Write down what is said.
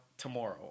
Tomorrow